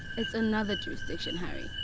it's another jurisdiction harry.